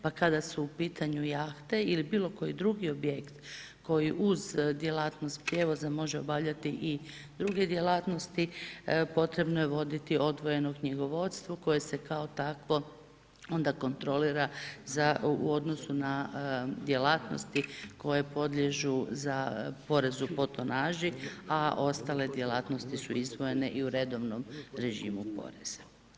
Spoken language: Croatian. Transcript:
Pa kada su u pitanju jahte ili bilo koji drugi objekt koji uz djelatnost prijevoza može obavljati i druge djelatnosti potrebno je voditi odvojeno knjigovodstvo koje se kao takvo onda kontrolira u odnosu na djelatnosti koje podliježu za porezu po tonaži, a ostale djelatnosti su izdvojene i u redovnom režimu poreza.